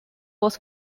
was